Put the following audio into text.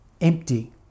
empty